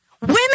Women